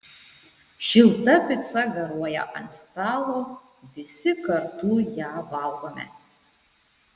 šilta pica garuoja ant stalo visi kartu ją valgome